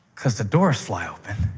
because the doors fly open,